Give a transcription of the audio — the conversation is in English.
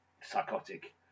psychotic